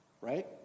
Right